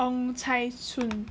ong cai sun